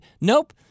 Nope